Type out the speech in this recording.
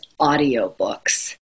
audiobooks